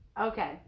okay